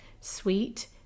sweet